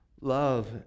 Love